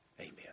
Amen